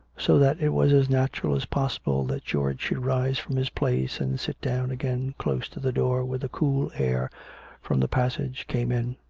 so that it was as natural as possible that george should rise from his place and sit down again close to the door where the cool air from the passage came in